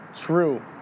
true